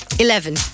Eleven